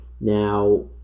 Now